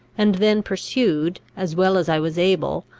and then pursued, as well as i was able,